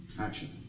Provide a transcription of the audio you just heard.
Action